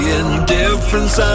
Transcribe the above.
indifference